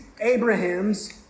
Abraham's